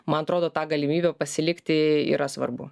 man atrodo tą galimybę pasilikti yra svarbu